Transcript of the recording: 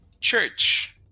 church